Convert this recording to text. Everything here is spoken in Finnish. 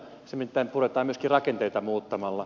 se nimittäin puretaan myöskin rakenteita muuttamalla